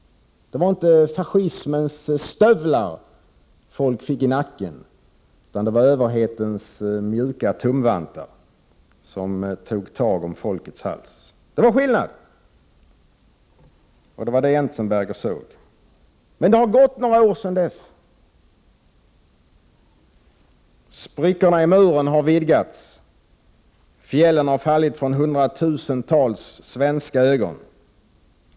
Det var inte fascismens stövlar folk fick i nacken, utan det var överhetens mjuka tumvantar som tog tag i folkets hals. Det var skillnad, och det var detta som Hans Magnus Enzensberger såg. Det har gått några år sedan dess. Sprickorna i muren har vidgats och fjällen fallit från hundratusentals svenska ögon.